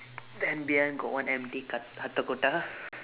then behind got one empty